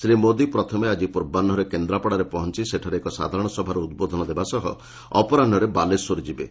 ଶ୍ରୀ ମୋଦି ପ୍ରଥମେ ଆଜି ପୂର୍ବାହ୍ନରେ କେନ୍ଦ୍ରାପଡ଼ାରେ ପହଞ୍ଚ ସେଠାରେ ଏକ ସାଧାରଣସଭାରେ ଉଦ୍ବୋଧନ ଦେବା ସହ ଅପରାହ୍ନରେ ବାଲେଶ୍ୱର ଯିବେ